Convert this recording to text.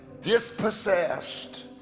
dispossessed